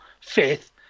fifth